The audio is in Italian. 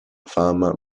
fama